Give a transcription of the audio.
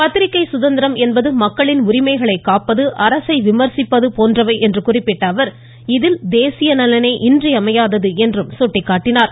பத்திரிக்கை சுதந்திரம் என்பது மக்களின் உரிமைகளை காப்பது அரசை விம்சிப்பது போன்றவை என்று குறிப்பிட்ட அவர் இதில் தேசிய நலனே இன்றியமையாதது என்றும் குட்டிக்காட்டினார்